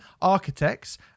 Architects